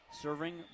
Serving